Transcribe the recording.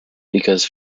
because